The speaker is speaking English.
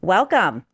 Welcome